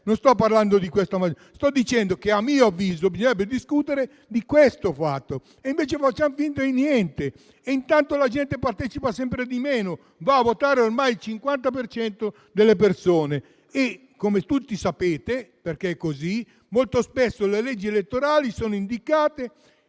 Non sto dicendo questo. Sto dicendo che, a mio avviso, bisognerebbe discutere di questo. Invece, facciamo finta di niente e intanto la gente partecipa sempre di meno. Va a votare, ormai, il 50 per cento degli aventi diritto. Come tutti sapete, perché è così, molto spesso le leggi elettorali sono indicate